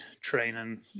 training